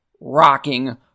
rocking